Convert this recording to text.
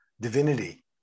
divinity